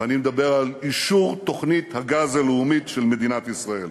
ואני מדבר על אישור תוכנית הגז הלאומית של מדינת ישראל,